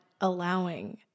allowing